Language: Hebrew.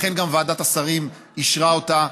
ולכן גם ועדת השרים אישרה אותה.